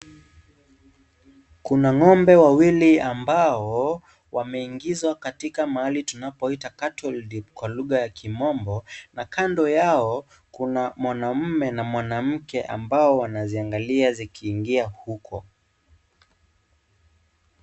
Kuna ng'ombe wawili ambao wameingizwa katika mahali tunapaita cattle dip kwa lugha ya komombo na kando yao kuna mwanamme na mwanamke ambao wanazo angalia zikiingia huko.